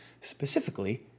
specifically